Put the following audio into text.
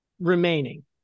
remaining